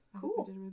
Cool